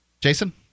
Jason